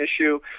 issue